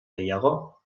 gehiago